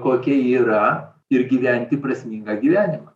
kokia ji yra ir gyventi prasmingą gyvenimą